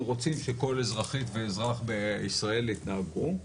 רוצים שכל אזרחית ואזרח בישראל יתנהגו.